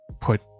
put